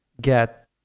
get